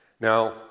Now